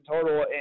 total